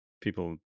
people